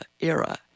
era